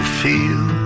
feel